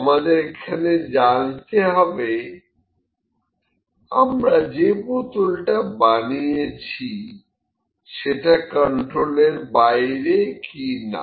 আমাদের এখন জানতে হবে আমরা যে বোতলটা বানিয়েছি সেটা কন্ট্রোলের বাইরে কিনা